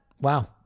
Wow